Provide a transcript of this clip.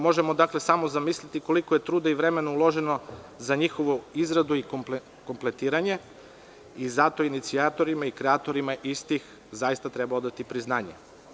Možemo samo zamisliti koliko je truda i vremena uloženo za njihovu izradu i kompletiranje i zato inicijatorima i kreatorima istih zaista treba odati priznanje.